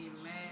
Amen